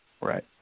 right